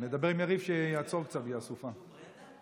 עם יריב שיעצור קצת, בגלל הסופה.